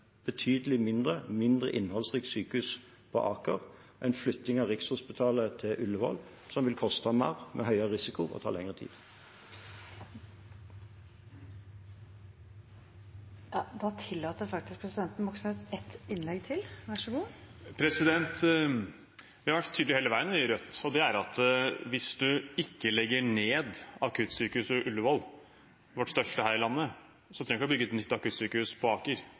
betydelig mindre, mindre innholdsrikt sykehus på Aker og en flytting av Rikshospitalet til Ullevål, som vil koste mer, ha høyere risiko og ta lengre tid. Bjørnar Moxnes – til oppfølgingsspørsmål. Vi i Rødt har vært tydelige hele veien på at hvis man ikke legger ned akuttsykehuset Ullevål, vårt største her i landet, trenger man ikke å bygge et nytt akuttsykehus på Aker.